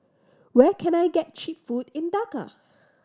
where can I get cheap food in Dhaka